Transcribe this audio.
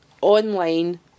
online